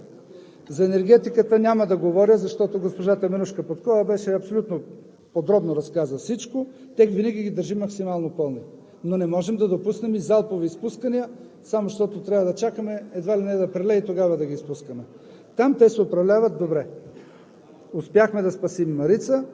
Минавам на напоителните язовири, защото там е най-зле. За енергетиката няма да говоря, защото госпожа Теменужка Петкова абсолютно подробно разказа всичко. Тях ги държим винаги максимално пълни, но не можем да допуснем и залпово изпускане само защото трябва да чакаме едва ли не да прелеят и тогава да ги изпускаме.